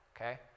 okay